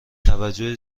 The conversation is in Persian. توجه